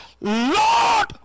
Lord